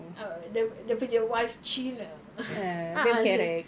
uh dia dia punya wife cina ah ah seh